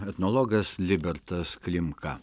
etnologas libertas klimka